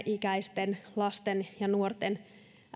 ikäisten lasten ja nuorten